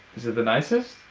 is it the nicest?